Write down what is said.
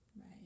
right